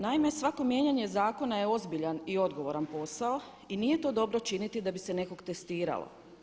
Naime, svako mijenjanje zakona je ozbiljan i odgovoran posao i nije to dobro činiti da bi se nekog testiralo.